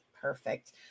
Perfect